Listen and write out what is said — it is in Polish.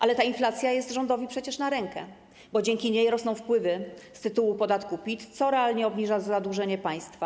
Ale ta inflacja jest przecież rządowi na rękę, bo dzięki niej rosną wpływy z tytułu podatku PIT, co realnie obniża zadłużenie państwa.